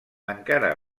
encara